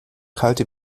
kalte